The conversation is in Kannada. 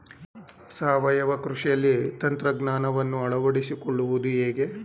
ಸಾವಯವ ಕೃಷಿಯಲ್ಲಿ ತಂತ್ರಜ್ಞಾನವನ್ನು ಅಳವಡಿಸಿಕೊಳ್ಳುವುದು ಹೇಗೆ?